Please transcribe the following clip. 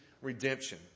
redemption